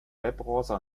webbrowser